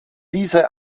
diese